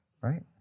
right